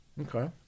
Okay